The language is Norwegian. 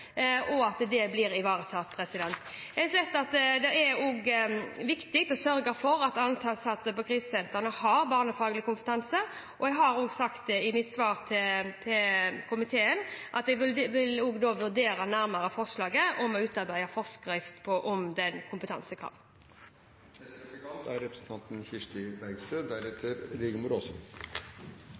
– at det blir ivaretatt. Jeg vet at det også er viktig å sørge for at ansatte på krisesentrene har barnefaglig kompetanse, og har sagt i mitt svar til komiteen at jeg vil vurdere nærmere forslaget om å utarbeide en forskrift om det kompetansekravet. Statsråden la i sitt innlegg stor vekt på kommunal frihet. I dette spørsmålet kan kommunenes frihet stilles opp mot den